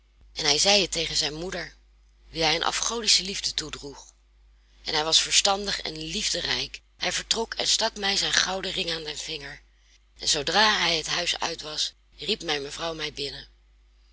en hij zei het tegen zijn moeder wie hij een afgodische liefde toedroeg en hij was verstandig en liefderijk hij vertrok en stak mij zijn gouden ring aan den vinger en zoodra hij het huis uit was riep mijn mevrouw mij binnen